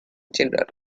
children